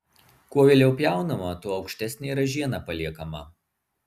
kuo vėliau pjaunama tuo aukštesnė ražiena paliekama